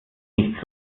nicht